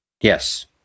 Yes